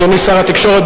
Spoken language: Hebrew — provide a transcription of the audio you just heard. אדוני שר התקשורת,